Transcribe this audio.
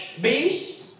beast